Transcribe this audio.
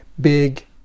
big